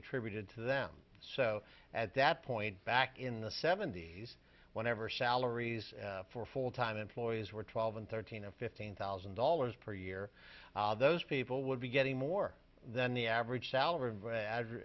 attributed to them so at that point back in the seventy's whenever salaries for full time employees were twelve and thirteen and fifteen thousand dollars per year those people would be getting more than the average salary as